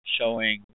showing